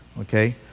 Okay